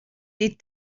des